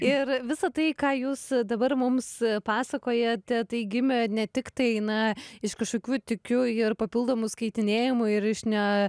ir visą tai ką jūs dabar mums pasakojate tai gimė ne tik tai na iš kažkokių tikiu ir papildomų skaitinėjimų ir iš ne